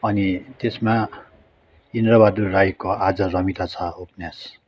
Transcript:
अनि त्यसमा इन्द्रबहादुर राईको आज रमिता छ उपन्यास